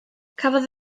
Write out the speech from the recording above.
cafodd